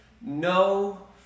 no